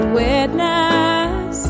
witness